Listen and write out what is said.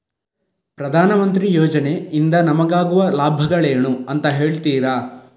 ಪ್ರಧಾನಮಂತ್ರಿ ಯೋಜನೆ ಇಂದ ನಮಗಾಗುವ ಲಾಭಗಳೇನು ಅಂತ ಹೇಳ್ತೀರಾ?